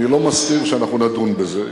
אני לא מסתיר שאנחנו נדון בזה,